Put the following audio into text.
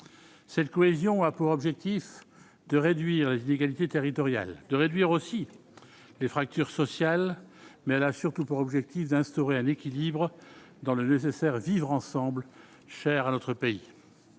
cette cohésion a pour objectif de réduire les inégalités territoriales de réduire aussi les fractures sociales, mais elle a surtout pour objectif d'instaurer un équilibre dans le nécessaire vivre ensemble cher à notre pays